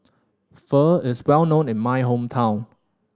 pho is well known in my hometown